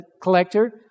collector